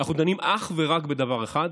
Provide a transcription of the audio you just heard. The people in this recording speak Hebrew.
אנחנו דנים אך ורק בדבר אחד: